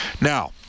Now